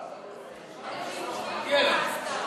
הסדרה.